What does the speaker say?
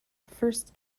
first